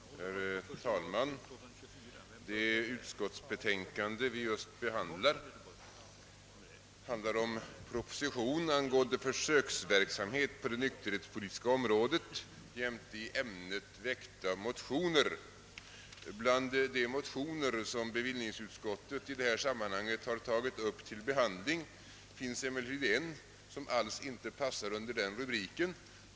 Herr talman! Det utskottsbetänkande vi just behandlar avser en proposition angående försöksverksamhet på det nykterhetspolitiska området jämte i ämnet väckta motioner. Bland de motioner som bevillningsutskottet i detta sammanhang har tagit upp till behandling, finns emellertid en, söm inte alls passar in under den rubriken.